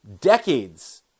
decades